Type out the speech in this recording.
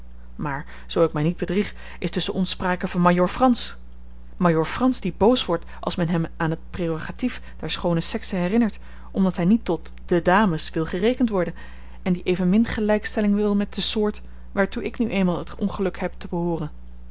maar zoo ik mij niet bedrieg is tusschen ons sprake van majoor frans majoor frans die boos wordt als men hem aan het prerogatief der schoone sekse herinnert omdat hij niet tot de dames wil gerekend worden en die evenmin gelijkstelling wil met de soort waartoe ik nu eenmaal het ongeluk heb te behooren